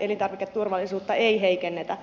elintarviketurvallisuutta ei heikennetä